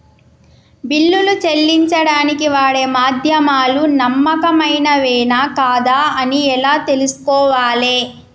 బిల్లులు చెల్లించడానికి వాడే మాధ్యమాలు నమ్మకమైనవేనా కాదా అని ఎలా తెలుసుకోవాలే?